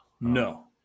No